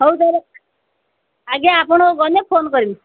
ହଉ ତାହାଲେ ଆଜ୍ଞା ଆପଣ ଗଲେ ଫୋନ୍ କରିବି